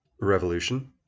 Revolution